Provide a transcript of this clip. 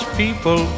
people